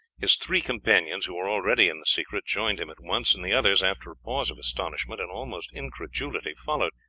his three companions, who were already in the secret, joined him at once and the others, after a pause of astonishment and almost incredulity, followed,